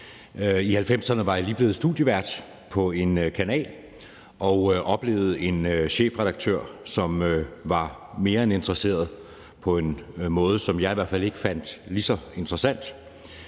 I 1990'erne var jeg lige blevet studievært på en kanal og oplevede en chefredaktør, som var mere end interesseret, og hun var det på en måde, som jeg i hvert fald ikke fandt lige så interessant.